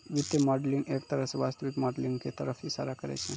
वित्तीय मॉडलिंग एक तरह स वास्तविक मॉडलिंग क तरफ इशारा करै छै